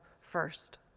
first